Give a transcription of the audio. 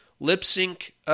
lip-sync